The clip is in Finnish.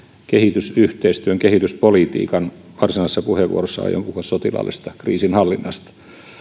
kehitysyhteistyön ja kehityspolitiikan ja varsinaisessa puheenvuorossani aion puhua sotilaallisesta kriisinhallinnasta